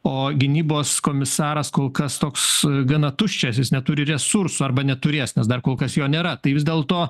o gynybos komisaras kol kas toks gana tuščias jis neturi resursų arba neturės nes dar kol kas jo nėra tai vis dėlto